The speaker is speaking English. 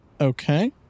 Okay